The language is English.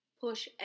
push